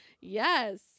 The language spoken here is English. Yes